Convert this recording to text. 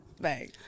Right